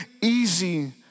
easy